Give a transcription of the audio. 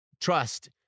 trust